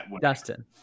dustin